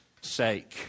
sake